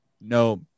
No